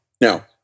Now